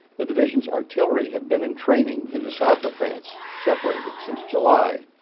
the division's artillery had been in training in the south of france, separated, since july.